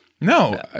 No